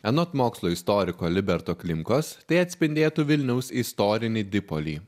anot mokslo istoriko liberto klimkos tai atspindėtų vilniaus istorinį dipolį